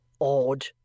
Odd